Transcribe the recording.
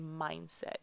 mindset